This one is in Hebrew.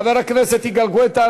חבר הכנסת גואטה,